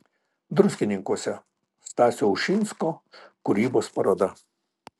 druskininkuose stasio ušinsko kūrybos paroda